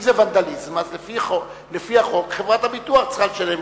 זה ונדליזם, לפי החוק, חברת הביטוח צריכה לשלם.